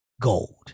gold